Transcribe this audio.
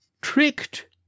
Tricked